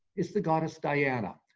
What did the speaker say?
is the goddess diana.